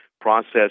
process